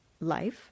life